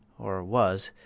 or was,